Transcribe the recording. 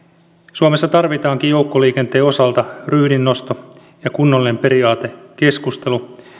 suomessa tarvitaankin joukkoliikenteen osalta ryhdin nosto ja kunnollinen periaatekeskustelu